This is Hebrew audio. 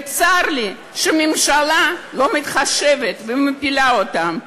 וצר לי שהממשלה לא מתחשבת ומפילה אותם.